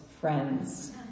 friends